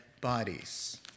bodies